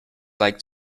like